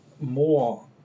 more